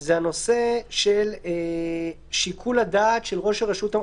זה הנושא של שיקול הדעת של ראש הרשות.